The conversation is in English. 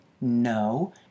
no